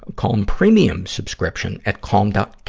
ah calm premium subscription at calm dot,